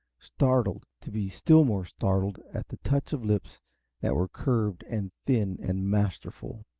startled to be still more startled at the touch of lips that were curved and thin and masterful.